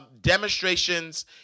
demonstrations